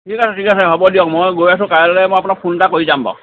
ঠিক আছে ঠিক আছে হ'ব দিয়ক মই গৈছোঁ কাইলে মই আপোনাক ফোনটা কৰি যাম বাৰু